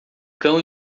cão